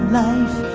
life